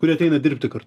kurie ateina dirbti kartu